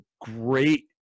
great